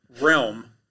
realm